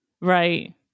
right